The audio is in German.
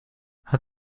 hat